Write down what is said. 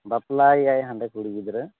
ᱵᱟᱯᱞᱟᱭᱮᱭᱟ ᱦᱟᱸᱰᱮ ᱠᱩᱲᱤ ᱜᱤᱫᱽᱨᱟᱹ